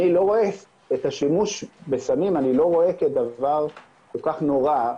אני לא רואה את השימוש בסמים כדבר כל כך נורא,